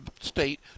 state